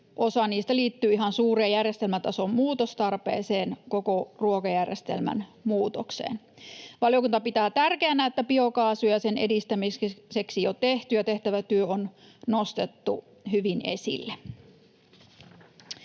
osa niistä liittyy ihan suureen järjestelmätason muutostarpeeseen, koko ruokajärjestelmän muutokseen. Valiokunta pitää tärkeänä, että biokaasu ja sen edistämiseksi jo tehty ja tehtävä työ on nostettu hyvin esille.